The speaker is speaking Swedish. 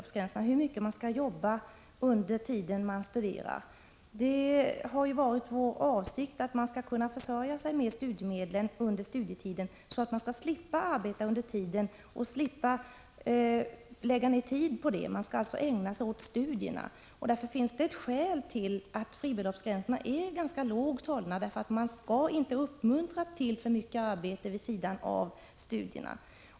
Det handlar om hur mycket man skall jobba under den tid som man studerar. Det har varit vår avsikt att man skall kunna försörja sig på studiemedlen under studietiden. Man skall slippa arbeta vid sidan av studierna — det är studierna man skall ägna sig åt. Det finns således ett skäl till att fribeloppsgränserna ligger ganska lågt. Man skall inte uppmuntra till för mycket arbete vid sidan om studierna.